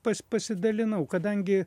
pas pasidalinau kadangi